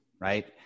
right